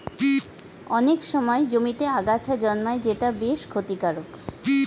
অনেক সময় জমিতে আগাছা জন্মায় যেটা বেশ ক্ষতিকারক